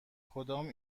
کدام